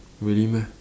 really meh